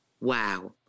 Wow